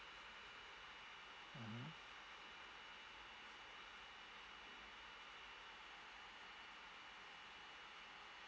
mmhmm